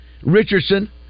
Richardson